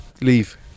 leave